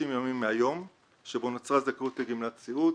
ימים מהיום שבו נוצרה הזכאות לגמלת סיעוד.